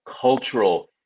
cultural